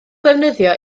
ddefnyddio